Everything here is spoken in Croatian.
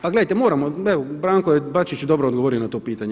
Pa gledajte, moramo, evo Branko je Bačić dobro odgovorio na pitanje.